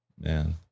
man